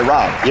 Rob